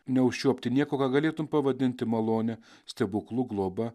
neužčiuopti nieko ką galėtum pavadinti malonia stebuklu globa